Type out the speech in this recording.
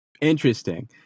interesting